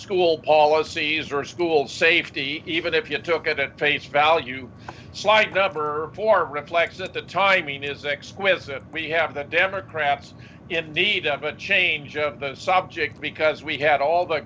school policies or school safety even if you took it at face value flight number four reflects that the timing is exquisite we have the democrats in need of a change of the subject because we had all the